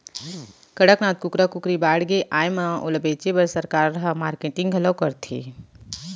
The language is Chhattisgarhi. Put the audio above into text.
कड़कनाथ कुकरा कुकरी बाड़गे आए म ओला बेचे बर सरकार ह मारकेटिंग घलौ करथे